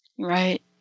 Right